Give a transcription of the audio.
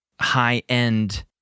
high-end